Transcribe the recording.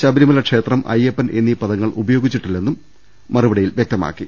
ശബരിമല ക്ഷേത്രം അയ്യപ്പൻ എന്നീ പദങ്ങൾ ഉപയോഗിച്ചിട്ടില്ലെന്നും അദ്ദേഹം മറുപടിയിൽ വൃക്തമാക്കി